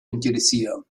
interessieren